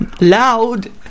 loud